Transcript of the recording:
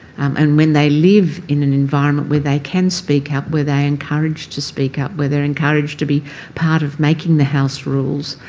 and when they live in an environment where they can speak up, where they are encouraged to speak up, where they're encouraged to be part of making the house rules,